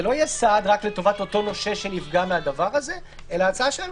זה לא יהיה סעד רק לטובת אותו נושה שנפגע מן הדבר הזה אלא אנחנו מציעים